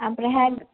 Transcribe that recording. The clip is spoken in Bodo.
आमफ्रायहाय